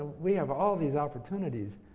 we have all of these opportunities,